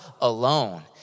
alone